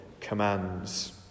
commands